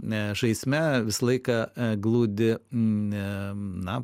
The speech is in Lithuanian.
ne žaisme visą laiką glūdi na